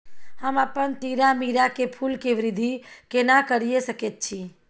हम अपन तीरामीरा के फूल के वृद्धि केना करिये सकेत छी?